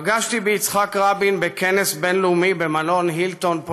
פגשתי ביצחק רבין בכנס בין-לאומי במלון הילטון,